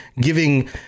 giving